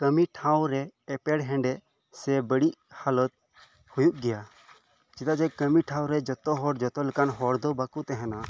ᱠᱟᱢᱤ ᱴᱷᱟᱶ ᱨᱮ ᱮᱯᱮᱨ ᱦᱮᱰᱮᱡ ᱥᱮ ᱵᱟᱲᱤᱡ ᱦᱟᱞᱚᱛ ᱦᱳᱭᱳᱜ ᱜᱮᱭᱟ ᱪᱮᱫᱟᱜ ᱡᱮ ᱠᱟᱢᱤ ᱴᱷᱟᱶ ᱨᱮ ᱡᱷᱚᱛᱚ ᱦᱚᱲ ᱡᱷᱚᱛᱚ ᱞᱮᱠᱟᱱ ᱦᱚᱲ ᱫᱚ ᱵᱟᱠᱚ ᱛᱟᱦᱮᱱᱟ